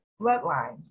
bloodlines